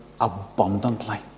abundantly